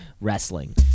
Wrestling